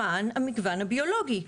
למען המגוון הביולוגי.